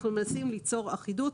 בהחלט אנחנו מנסים ליצור אחידות.